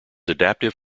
adaptive